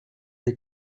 des